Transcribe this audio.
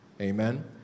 Amen